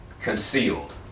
concealed